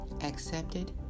accepted